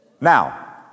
Now